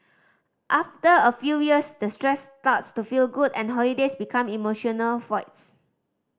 after a few years the stress starts to feel good and holidays become emotional voids